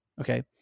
Okay